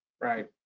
right